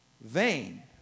vain